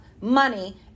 money